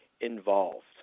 involved